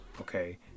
Okay